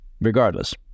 Regardless